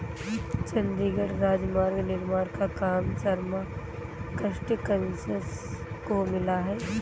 चंडीगढ़ राजमार्ग निर्माण का काम शर्मा कंस्ट्रक्शंस को मिला है